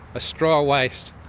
a straw waste,